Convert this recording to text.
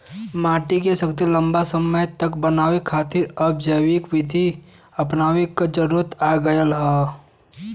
मट्टी के शक्ति लंबा समय तक बनाये खातिर अब जैविक विधि अपनावे क जरुरत आ गयल हौ